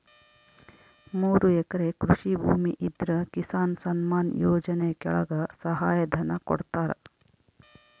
ಮೂರು ಎಕರೆ ಕೃಷಿ ಭೂಮಿ ಇದ್ರ ಕಿಸಾನ್ ಸನ್ಮಾನ್ ಯೋಜನೆ ಕೆಳಗ ಸಹಾಯ ಧನ ಕೊಡ್ತಾರ